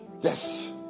yes